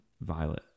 violet